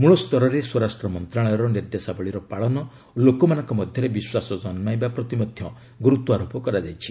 ମୂଳ ସ୍ତରରେ ସ୍ୱରାଷ୍ଟ୍ର ମନ୍ତ୍ରଣାଳୟର ନିର୍ଦ୍ଦେଶାବଳୀର ପାଳନ ଓ ଲୋକମାନଙ୍କ ମଧ୍ୟରେ ବିଶ୍ୱାସ ଜନ୍ମାଇବା ପ୍ରତି ମଧ୍ୟ ଗୁରୁତ୍ୱାରୋପ କରାଯାଇଛି